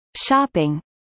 shopping